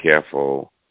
careful